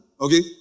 Okay